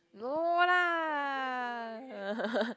no lah